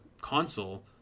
console